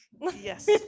yes